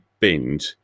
binned